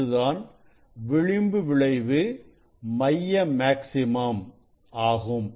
இதுதான் விளிம்பு விளைவு மைய மேக்சிமம் ஆகும்